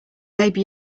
maybe